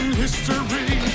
history